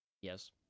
Yes